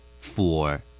Four